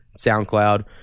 soundcloud